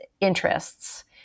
interests